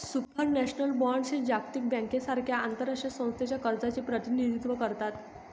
supranational bonds हे जागतिक बँकेसारख्या आंतरराष्ट्रीय संस्थांच्या कर्जाचे प्रतिनिधित्व करतात